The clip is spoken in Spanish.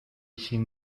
sin